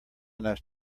enough